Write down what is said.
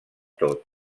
tot